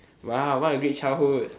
!wow! what a great childhood